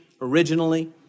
originally